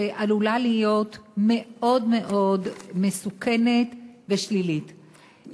שעלולה להיות מאוד מסוכנת ושלילית.